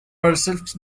herself